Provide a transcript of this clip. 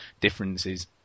differences